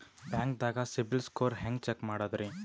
ಬ್ಯಾಂಕ್ದಾಗ ಸಿಬಿಲ್ ಸ್ಕೋರ್ ಹೆಂಗ್ ಚೆಕ್ ಮಾಡದ್ರಿ?